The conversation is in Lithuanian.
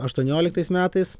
aštuonioliktais metais